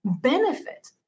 benefit